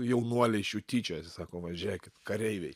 jaunuoliai iš jų tyčiojasi sako va žėkit kareiviai